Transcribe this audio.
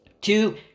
Two